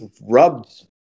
rubbed